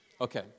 Okay